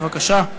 בבקשה.